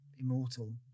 immortal